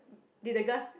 did the girl